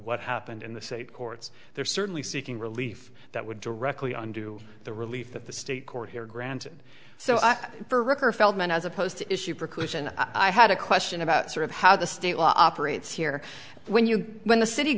what happened in the state courts they're certainly seeking relief that would directly undo the relief that the state court here granted so for record feldman as opposed to issue preclusion i had a question about sort of how the state law operates here when you when the city